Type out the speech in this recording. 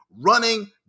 Running